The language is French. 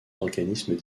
organismes